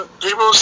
people